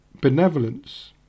Benevolence